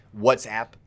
WhatsApp